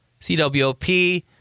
CWOP